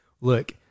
Look